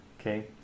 Okay